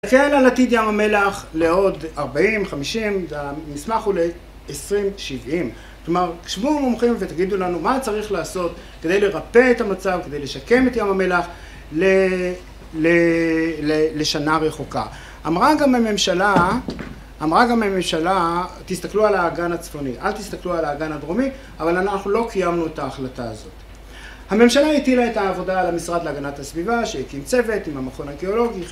‫הקהל על עתיד ים המלח לעוד 40, 50, ‫המסמך הוא ל-20, 70. ‫כלומר, תשבו, מומחים, ‫ותגידו לנו מה צריך לעשות ‫כדי לרפא את המצב, ‫כדי לשקם את ים המלח לשנה רחוקה. ‫אמרה גם הממשלה, ‫תסתכלו על האגן הצפוני, ‫אל תסתכלו על האגן הדרומי, ‫אבל אנחנו לא קיימנו את ההחלטה הזאת. ‫הממשלה הטילה את העבודה ‫על המשרד להגנת הסביבה, ‫שהקים צוות עם המכון הגיאולוגי,